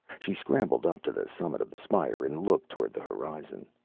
she scrambled up to the summit of the spire and looked toward the horizons.